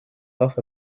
laugh